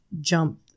jump